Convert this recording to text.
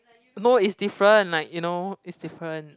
no it's different like you know it's different